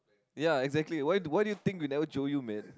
ya exactly why why do you think we never jio you man